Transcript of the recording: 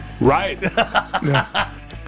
Right